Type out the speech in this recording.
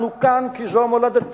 אנחנו כאן כי זו מולדתנו.